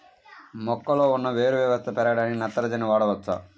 మొక్కలో ఉన్న వేరు వ్యవస్థ పెరగడానికి నత్రజని వాడవచ్చా?